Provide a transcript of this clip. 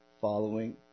following